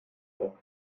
auf